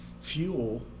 fuel